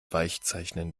weichzeichnen